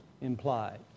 implied